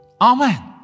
Amen